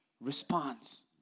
response